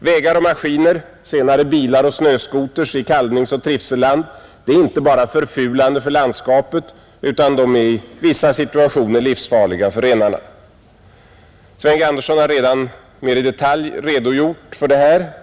Vägar och maskiner, senare bilar och snöskotrar i kalvningsoch trivselland är inte bara förfulande för landskapet utan de är i vissa situationer livsfarliga för renarna, Sven G. Andersson har redan mer i detalj redogjort för detta.